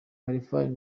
khalfan